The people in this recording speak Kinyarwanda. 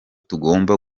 tugomba